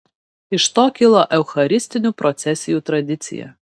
iš to kilo eucharistinių procesijų tradicija